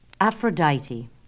Aphrodite